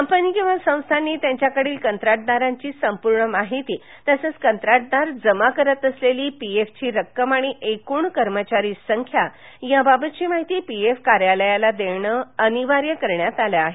company किंवा संस्थांनी त्यांच्याकडील कंत्राटदारांची संपूर्ण माहिती तसेच कंत्राटदार जमा करीत असलेली पीएफची रक्कम आणि एकूण कर्मचारी संख्या यासंबधीची माहिती पीएफ कार्यालयास देणे अनिवार्य करण्यात आले आहे